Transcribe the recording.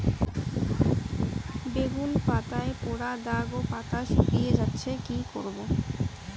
বেগুন পাতায় পড়া দাগ ও পাতা শুকিয়ে যাচ্ছে কি করব?